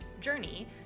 journey